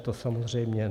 To samozřejmě ne.